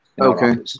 Okay